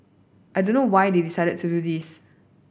I don't know why they decided to do this